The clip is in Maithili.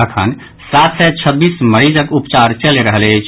अखन सात सय छब्बीस मरीजक उपचार चलि रहल अछि